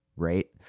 Right